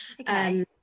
Okay